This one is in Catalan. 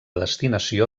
destinació